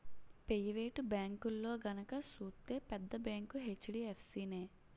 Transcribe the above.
private బేంకుల్లో గనక సూత్తే పెద్ద బేంకు హెచ్.డి.ఎఫ్.సి నే